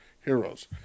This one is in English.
heroes